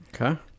Okay